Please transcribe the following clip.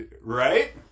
Right